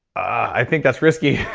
i think that's risky.